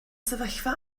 sefyllfa